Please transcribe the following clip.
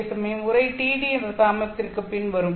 அதே சமயம் உறை τd தாமதத்திற்கு பின் வரும்